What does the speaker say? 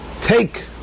take